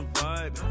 vibe